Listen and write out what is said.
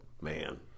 Man